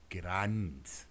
grand